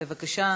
בבקשה,